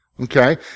Okay